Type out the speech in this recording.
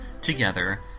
together